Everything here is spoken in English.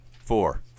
Four